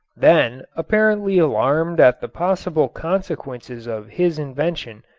then, apparently alarmed at the possible consequences of his invention,